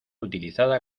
utilizada